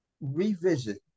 revisit